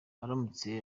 aramutse